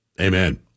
Amen